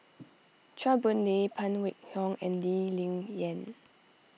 Chua Boon Lay Phan Wait Hong and Lee Ling Yen